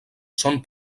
són